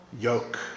yoke